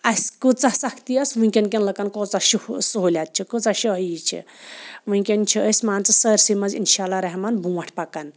اَسہِ کۭژاہ سختی ٲس وٕنۍکٮ۪ن کٮ۪ن لُکَن کۭژاہ چھِ ہُہ سہوٗلیت چھِ کۭژاہ شٲہی چھِ وٕنۍکٮ۪ن چھِ أسۍ مان ژٕ سٲرۍسٕے منٛز اِنشاءاللہ رحمٰن بروںٛٹھ پَکان